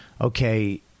okay